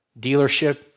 dealership